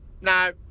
no